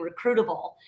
recruitable